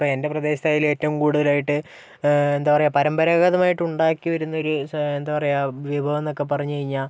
ഇപ്പം എന്റെ പ്രദേശത്തായാലും ഏറ്റവും കൂടുതലായിട്ട് എന്താ പറയുക പരമ്പരാഗതമായിട്ടുണ്ടാക്കി വരുന്ന ഒര് എന്താ പറയുക വിഭവം എന്നൊക്കെ പറഞ്ഞു കഴിഞ്ഞാൽ